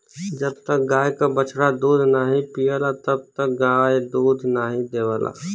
जब तक गाय क बछड़ा दूध नाहीं पियला तब तक गाय दूध नाहीं देवला